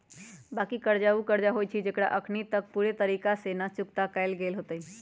बाँकी कर्जा उ कर्जा होइ छइ जेकरा अखनी तक पूरे तरिका से न चुक्ता कएल गेल होइत